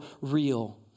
real